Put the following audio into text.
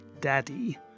Daddy